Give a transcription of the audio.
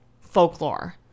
folklore